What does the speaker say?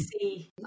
see